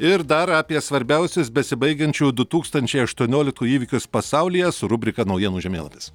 ir dar apie svarbiausius besibaigiančiųjų du tūkstančiai aštuonioliktų įvykius pasaulyje su rubrika naujienų žemėlapis